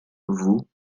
vous